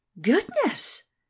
goodness